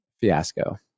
fiasco